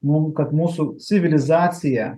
mum kad mūsų civilizacija